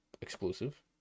exclusive